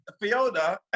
Fiona